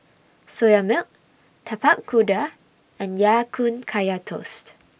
Soya Milk Tapak Kuda and Ya Kun Kaya Toast